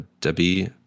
Debbie